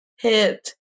hit